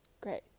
great